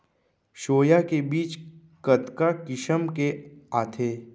Soya के बीज कतका किसम के आथे?